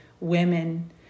women